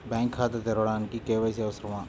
Bank ఖాతా తెరవడానికి KYC అవసరమా?